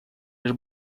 лишь